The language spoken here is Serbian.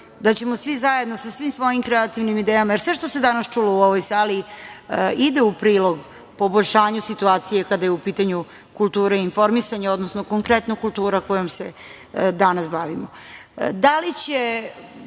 da ćemo svi zajedno sa svim svojim kreativnim idejama, jer sve što se danas čulo u ovoj sali ide u prilog poboljšanju situacije kada je u pitanju kultura informisanja, odnosno konkretno kultura kojom se danas bavimo. Da